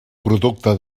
producte